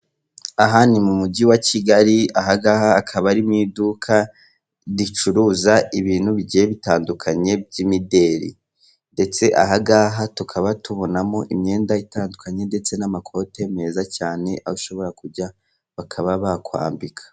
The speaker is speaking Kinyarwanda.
Aha ni mu mujyi wa Kigali, ahangaha akaba ari mu iduka ricuruza ibintu bigiye bitandukanye by'imideli. Ndetse ahangaha tukaba tubonamo imyenda itandukanye ndetse n'amakote meza cyane, aho ushobora kujya bakaba bakwambika.